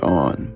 on